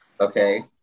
Okay